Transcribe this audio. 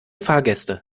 fahrgäste